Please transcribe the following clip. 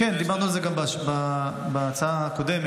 כן, דיברנו על זה גם בהצעה הקודמת.